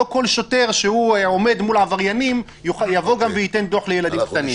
לא כל שוטר שעומד מול עבריינים יבוא וייתן גם דוח לילדים קטנים.